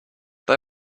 they